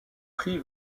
prix